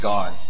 God